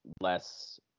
less